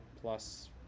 plus